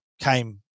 came